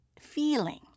feeling